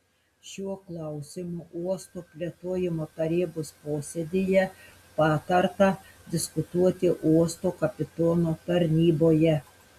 šiuo klausimu uosto plėtojimo tarybos posėdyje patarta diskutuoti uosto kapitono tarnyboje